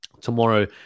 tomorrow